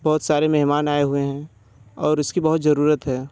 बहुत सारे मेहमान आए हुए हैं और इसकी बहुत ज़रूरत है